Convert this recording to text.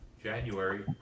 January